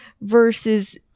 versus